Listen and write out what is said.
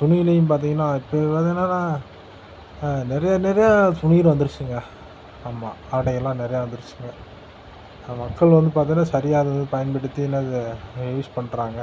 துணியிலையும் பார்த்திங்கன்னா இப்பயும் பார்த்திங்கன்னா நான் நிறைய நிறையா துணிகள் வந்துருச்சிங்க ஆமாம் ஆடைகள்லாம் நிறையா வந்துருச்சிங்க மக்கள் வந்து பார்த்தன்னா சரியா அதது பயன்படுத்தி என்னது யூஸ் பண்ணுறாங்க